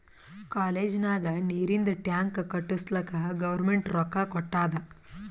college ನಾಗ್ ನೀರಿಂದ್ tank ಕಟ್ಟುಸ್ಲಕ್ ಗೌರ್ಮೆಂಟ್ ರೊಕ್ಕಾ ಕೊಟ್ಟಾದ್